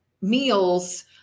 meals